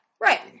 Right